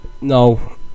no